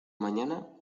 mañana